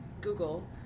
Google